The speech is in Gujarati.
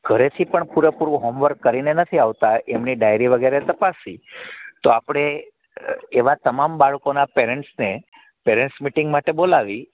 ઘરેથી પણ પૂરેપૂરું હોમવર્ક કરીને નથી આવતાં એમની ડાયરી વગેરે તપાસી તો આપણે એવા તમામ બાળકોના પરેન્સને પરેન્સ મિટિંગ માટે બોલાવી